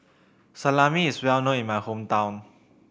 salami is well known in my hometown